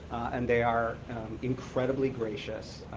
and they are incredibly gracious,